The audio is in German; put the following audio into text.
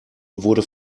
wurde